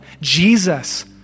Jesus